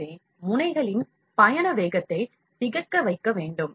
எனவே முனைகளின் பயண வேகத்தை திகைக்க வைக்க வேண்டும்